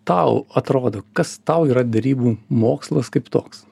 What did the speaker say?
tau atrodo kas tau yra derybų mokslas kaip toks